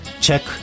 check